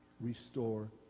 restore